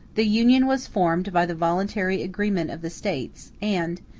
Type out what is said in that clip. the union was formed by the voluntary agreement of the states and,